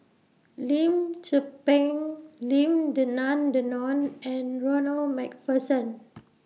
Lim Tze Peng Lim Denan Denon and Ronald MacPherson